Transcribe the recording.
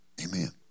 Amen